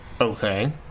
Okay